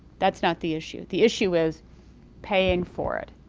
that's not the issue. the issue is paying for it.